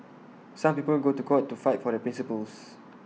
some people go to court to fight for their principles